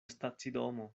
stacidomo